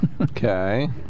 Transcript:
Okay